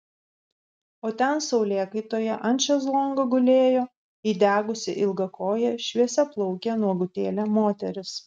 o ten saulėkaitoje ant šezlongo gulėjo įdegusi ilgakojė šviesiaplaukė nuogutėlė moteris